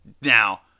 Now